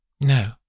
No